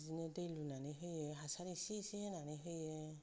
बिदिनो दै लुनानै होयो हासार एसे एसे होनानै होयो जाबाय